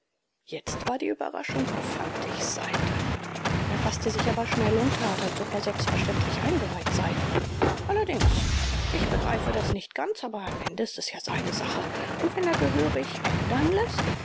jetzt war die überraschung auf fantigs seite er faßte sich aber schnell und tat als ob er selbstverständlich eingeweiht sei allerdings ich begreife das nicht ganz aber am ende ist es ja seine sache und wenn er gehörig ändern läßt